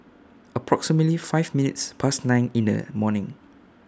approximately five minutes Past nine in The morning